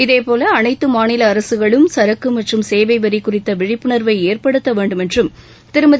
இதேபோல அனைத்து மாநில அரசுகளும் சரக்கு மற்றும் சேவைவரி குறித்து விழிப்புணர்வை ஏற்படுத்த வேண்டும் என்றும் திருமதி